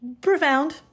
profound